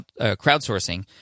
crowdsourcing